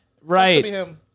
Right